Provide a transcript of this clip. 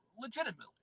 Legitimately